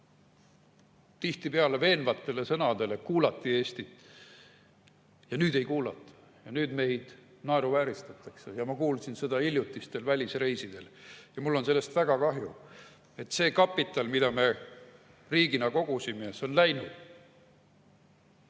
tihtipeale veenvatele sõnadele kuulati Eestit, aga nüüd ei kuulata, nüüd meid naeruvääristatakse. Ma kuulsin seda hiljutistel välisreisidel ja mul on sellest väga kahju, et see kapital, mida me riigina kogusime, on läinud.